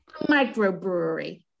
microbrewery